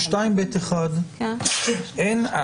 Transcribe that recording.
ב-2ב(1) אין,